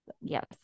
Yes